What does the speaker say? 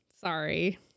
Sorry